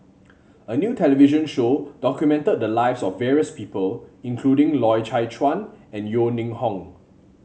a new television show documented the lives of various people including Loy Chye Chuan and Yeo Ning Hong